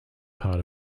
part